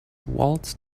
waltzed